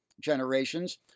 generations